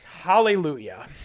Hallelujah